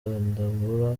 rwandamura